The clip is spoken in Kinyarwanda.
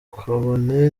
kabone